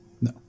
No